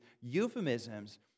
euphemisms